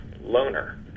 loner